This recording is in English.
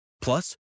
Plus